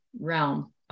realm